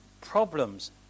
problems